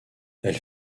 elle